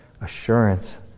assurance